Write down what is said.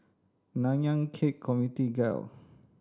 Nanyang Khek Community Guild